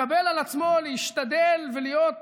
מקבל על עצמו להידמות ולהיות